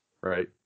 right